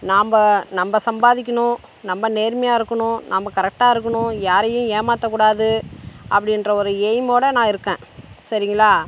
நாம்ப நம்ப சம்பாதிக்கணும் நம்ப நேர்மையாக இருக்கணும் நம்ப கரெக்ட்டாக இருக்கணும் யாரையும் ஏமாற்றக் கூடாது அப்படின்ற ஒரு எய்மோட நான் இருக்கேன் சரிங்களா